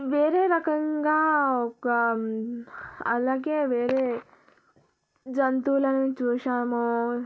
వేరే రకంగా ఒక అలాగే వేరే జంతువులని చూసాము